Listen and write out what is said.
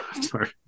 sorry